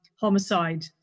Homicide